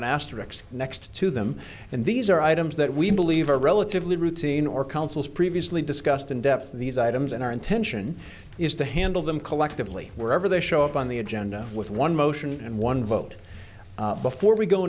an asterisk next to them and these are items that we believe are relatively routine or councils previously discussed in depth these items in our intention is to handle them collectively wherever they show up on the agenda with one motion and one vote before we go